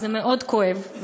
וזה מאוד כואב,